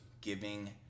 giving